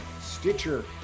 Stitcher